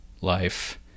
life